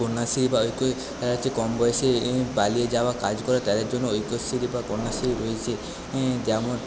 কন্যাশ্রী বা হচ্ছে কম বয়সে পালিয়ে যাওয়া কাজ করে তাদের জন্য ঐকশ্রী বা কন্যাশ্রী রয়েছে যেমন